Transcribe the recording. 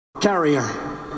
Carrier